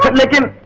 but make him